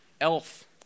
Elf